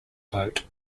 boat